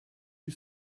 you